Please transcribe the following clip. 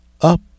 up